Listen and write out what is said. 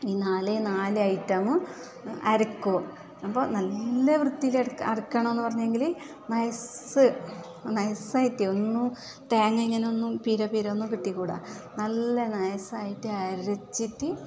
ഈ നാലേ നാല് ഐറ്റമാണ് അരയ്ക്കു അപ്പം നല്ല വൃത്തിയില് അരക്ക് അരയ്ക്കണമെന്ന് പറഞ്ഞെങ്കില് നൈസ് നൈസായിട്ട് ഒന്നും തേങ്ങ ഇങ്ങനെ ഒന്നും പീര പീര ഒന്നും കെട്ടിക്കൂട നല്ല നൈസായിട്ട് അരച്ചിട്ട്